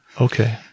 okay